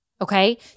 okay